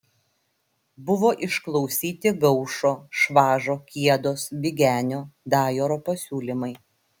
buvo išklausyti gaušo švažo kiedos bigenio dajoro pasiūlymai